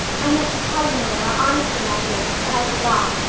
i meant to tell you, marilla, honestly i did, but i forgot.